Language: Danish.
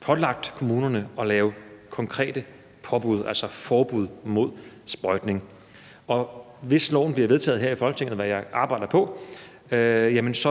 pålagt kommunerne at lave konkrete påbud, altså forbud, mod sprøjtning, og hvis lovforslaget bliver vedtaget her i Folketinget, hvad jeg arbejder på at det gør, så